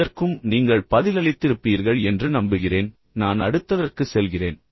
இதற்கும் நீங்கள் பதிலளித்திருப்பீர்கள் என்று நம்புகிறேன் நான் அடுத்ததற்கு செல்கிறேன்